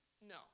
No